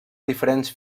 diferents